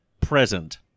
present